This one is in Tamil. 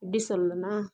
எப்படி சொல்கிறனா